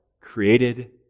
created